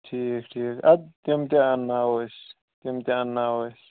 ٹھیٖک ٹھیٖک اَدٕ تِم تہِ اَنناوَو أسۍ تِم تہِ اَنناوَو أسۍ